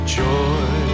joy